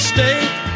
State